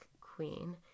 queen